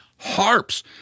harps